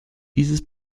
dieses